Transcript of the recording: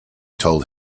told